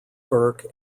burke